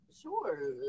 Sure